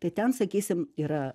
tai ten sakysim yra